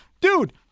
Dude